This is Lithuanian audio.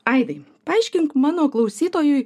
aidai paaiškink mano klausytojui